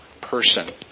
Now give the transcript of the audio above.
person